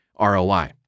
ROI